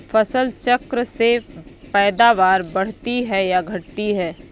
फसल चक्र से पैदावारी बढ़ती है या घटती है?